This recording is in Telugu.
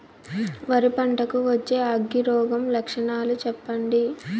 వరి పంట కు వచ్చే అగ్గి రోగం లక్షణాలు చెప్పండి?